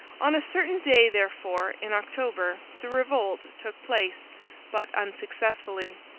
on a certain day, therefore, in october, the revolt took place but unsuccessfully.